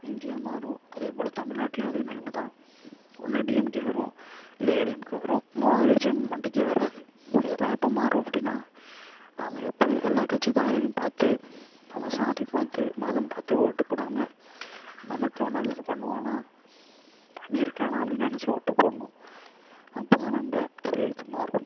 India மாறும் அதேப்போல தமிழ்நாட்டுலேயும் அதே நிலைமை தான் ஒன்று டிஎம்கே வரும் இல்லை ஏடிஎம்கே வரும் மண்டைக்கு வராது இதெல்லாம் எப்போ மாறும் அப்படினா நாம எப்போ எல்லா கட்சி தலைவரையும் பார்த்து நம்ம சாதி பாத்து மதம் பார்த்து ஓட்டுப்போடாமல் நமக்கு அவன் நல்லது பண்ணுவானா பண்ணிருக்கான் அப்படினு நினைச்சி ஓட்டுப்போடணும் அப்போதான் நம்ப தலையெழுத்து மாறும்